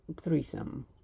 threesome